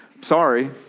sorry